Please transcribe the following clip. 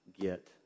get